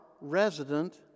resident